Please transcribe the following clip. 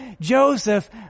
Joseph